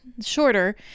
Shorter